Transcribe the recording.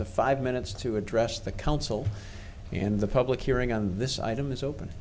to five minutes to address the council and the public hearing on this item is open